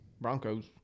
Broncos